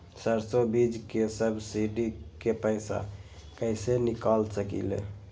सरसों बीज के सब्सिडी के पैसा कईसे निकाल सकीले?